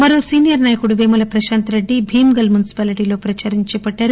మరో సీనియర్ నాయకుడు వేముల ప్రశాంతరెడ్డి భీంగల్ మున్సిపాలిటీలో ప్రదారం చేపట్టారు